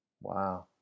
Wow